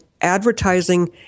advertising